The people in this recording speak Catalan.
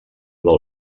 del